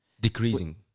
Decreasing